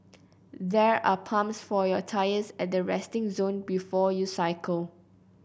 there are pumps for your tyres at the resting zone before you cycle